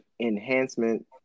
enhancement